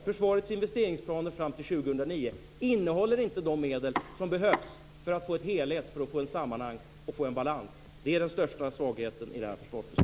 Försvarets investeringsplaner fram till 2009 innehåller inte de medel som behövs för att man ska få en helhet, ett sammanhang och en balans. Det är den största svagheten i detta försvarsbeslut.